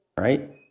right